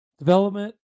Development